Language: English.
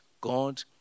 God